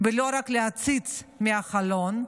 ולא רק להציץ מהחלון.